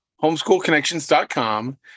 homeschoolconnections.com